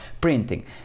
printing